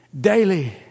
daily